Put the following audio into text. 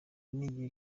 n’igihe